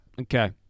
Okay